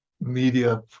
media